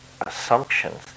assumptions